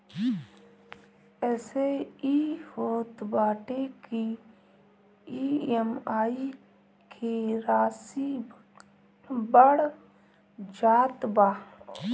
एसे इ होत बाटे की इ.एम.आई के राशी बढ़ जात बा